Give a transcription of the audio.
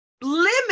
limit